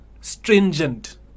stringent